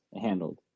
handled